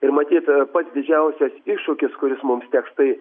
ir matyt pats didžiausias iššūkis kuris mums teks tai